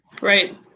right